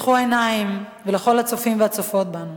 ולכל הצופים והצופות בנו: